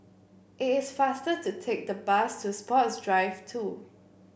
it is faster to take the bus to Sports Drive Two